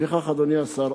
לפיכך, אדוני השר,